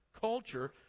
culture